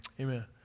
amen